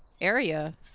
area